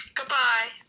Goodbye